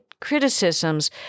criticisms